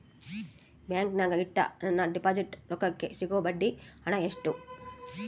ಬ್ಯಾಂಕಿನಾಗ ಇಟ್ಟ ನನ್ನ ಡಿಪಾಸಿಟ್ ರೊಕ್ಕಕ್ಕೆ ಸಿಗೋ ಬಡ್ಡಿ ಹಣ ಎಷ್ಟು?